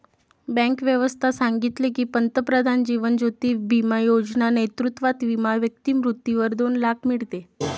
bank व्यवस्था सांगितले की, पंतप्रधान जीवन ज्योती बिमा योजना नेतृत्वात विमा व्यक्ती मृत्यूवर दोन लाख मीडते